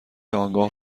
آگاه